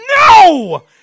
No